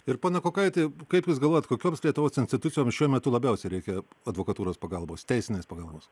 ir pone kukaiti kaip jūs galvojat kokioms lietuvos institucijoms šiuo metu labiausiai reikia advokatūros pagalbos teisinės pagalbos